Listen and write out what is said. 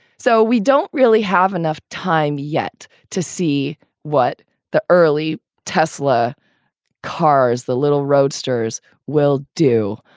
so we don't really have enough time yet to see what the early tesla cars, the little roadsters will do.